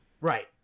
Right